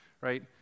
Right